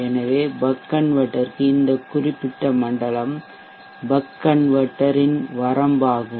எனவே பக் கன்வெர்ட்டர்க்கு இந்த குறிப்பிட்ட மண்டலம் பக் கன்வெர்ட்டர் இன் வரம்பாகும்